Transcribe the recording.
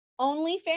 OnlyFans